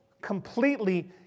completely